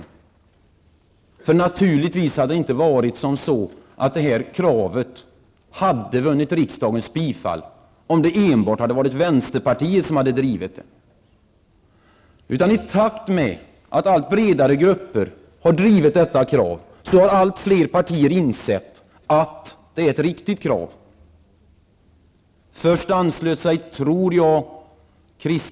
Detta krav hade naturligtvis inte vunnit riksdagens bifall, om det enbart hade varit vänsterpartiet som drivit frågan. Jag tror att kds var det parti som först anslöt sig till kravet bort med matmomsen. I takt med att allt större grupper drivit detta krav har allt fler partier insett att det är ett riktigt krav.